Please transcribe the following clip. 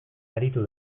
aritu